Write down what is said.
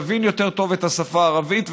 נבין יותר טוב את השפה הערבית,